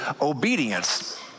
obedience